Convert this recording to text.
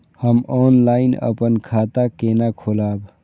हम ऑनलाइन अपन खाता केना खोलाब?